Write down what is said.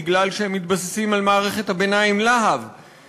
בגלל שהם מתבססים על מערכת הביניים "להב";